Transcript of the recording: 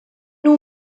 nhw